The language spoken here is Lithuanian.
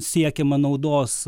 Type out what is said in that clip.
siekiama naudos